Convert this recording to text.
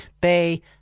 bay